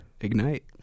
Ignite